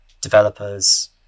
developers